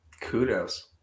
Kudos